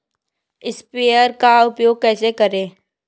Sprayer का उपयोग कैसे करें?